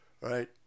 right